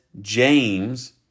James